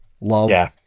love